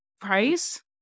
price